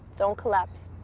don't collapse.